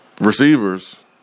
receivers